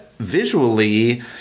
Visually